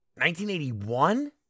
1981